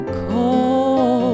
cold